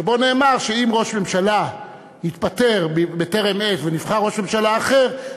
שבה נאמר שאם ראש ממשלה התפטר בטרם עת ונבחר ראש ממשלה אחר,